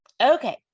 okay